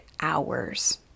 hours